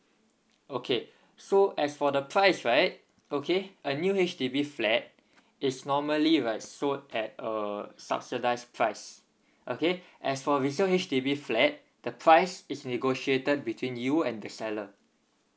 okay so as for the price right okay a new H_D_B flat is normally right sold at a subsidised price okay as for resale H_D_B flat the price is negotiated between you and the seller